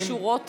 ששש,